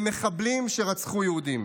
למחבלים שרצחו יהודים.